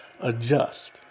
adjust